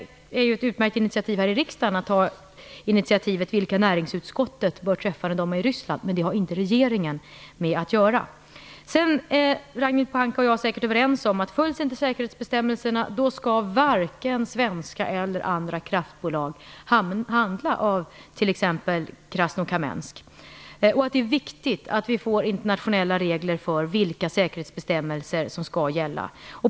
Det är utmärkt att här i riksdagen ta initiativ beträffande vilka näringsutskottet bör träffa när det är i Ryssland, men det har inte regeringen med att göra. Ragnhild Pohanka och jag är säkert överens om att följs inte säkerhetsbestämmelserna, så skall varken svenska eller andra kraftbolag handla av t.ex. Krasnokamensk. Det är viktigt att vi får internationella regler beträffande vilka säkerhetsbestämmelser som skall gälla.